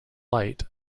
light